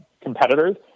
competitors